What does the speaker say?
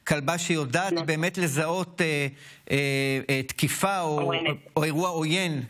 השואה שהתרחשה עלינו בשבת השחורה של שמחת תורה העירה כוחות אדירים.